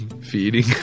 Feeding